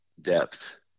depth